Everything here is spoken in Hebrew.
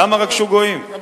למה רק, האומנם?